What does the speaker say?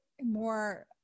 more